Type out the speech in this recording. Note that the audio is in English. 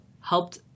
helped